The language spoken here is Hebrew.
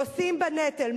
נושאים בנטל,